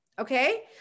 Okay